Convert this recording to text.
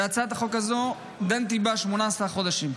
ובהצעת החוק הזאת דנתי 18 חודשים,